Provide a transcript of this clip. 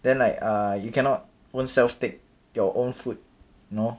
then like err you cannot own self take your own food you know